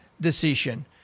decision